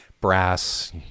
brass